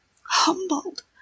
Humbled